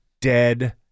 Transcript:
dead